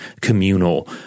communal